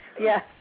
Yes